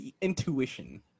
intuition